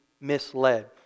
misled